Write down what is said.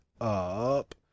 up